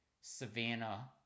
Savannah